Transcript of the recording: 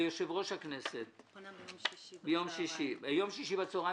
ליושב- ראש הכנסת - ביום שישי בצהריים